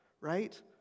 right